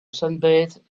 sunbathe